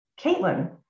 Caitlin